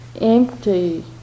empty